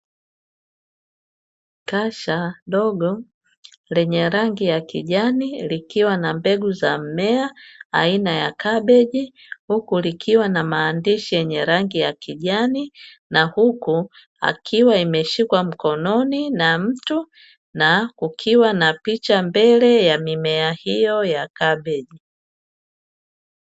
Kasha dogo lenye rangi ya kijani likiwa na mbegu za mmea aina ya kabeji huku likiwa na maandishi yenye rangi ya kijani, na huku akiwa imeshikwa mkononi na mtu na kukiwa na picha mbele ya mimea hiyo ya kabeji.